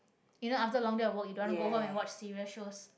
you know after a long day of work you don't want to go home and watch serious shows